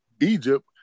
Egypt